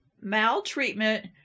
maltreatment